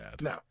No